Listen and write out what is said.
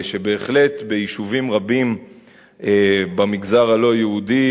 שבהחלט ביישובים רבים במגזר הלא-יהודי